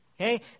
Okay